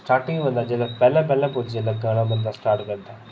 starting च जेल्लै पैह्लें पुज्ज बंदा गाना गाना स्टार्ट करदा